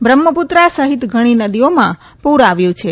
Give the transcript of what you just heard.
બ્રહ્મપુત્રા સહીત ઘણી નદીઓમાં પુર આવ્યું છે